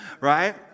right